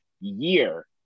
year